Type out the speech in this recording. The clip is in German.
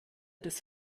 des